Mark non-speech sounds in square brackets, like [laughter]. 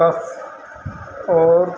[unintelligible] ਔਰ